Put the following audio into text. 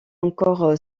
encore